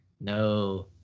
No